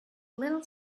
little